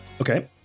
Okay